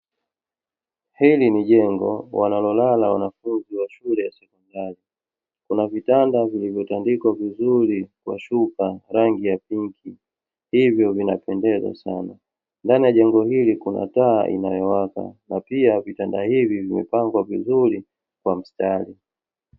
Hili ni jengo wanaolala wanafunzi wa shule ya sekondari, kuna vitanda vilivyotandikwa vizuri kwa shuka rangi ya pinki hivyo vinapendeza sana. Ndani ya jengo hili kuna taa inayowaka na pia vitanda hivi vimepangwa vizuri kwa mstari.